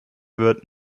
wird